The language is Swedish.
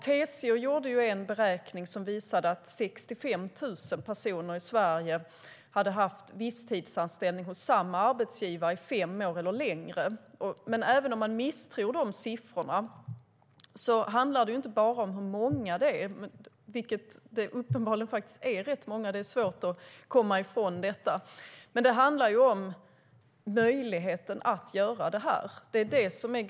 TCO gjorde en beräkning som visade att 65 000 personer i Sverige hade haft visstidsanställning hos samma arbetsgivare i fem år eller längre. Även om man misstror siffran handlar det inte bara om hur många det är - det är svårt att komma ifrån att det uppenbarligen är rätt många - utan det handlar också om möjligheten att utnyttja det här.